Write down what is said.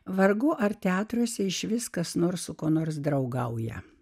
vargu ar teatruose išvis kas nors su kuo nors draugauja